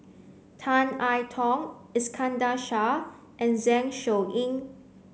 Tan I Tong Iskandar Shah and Zeng Shouyin